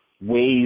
ways